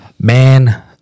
man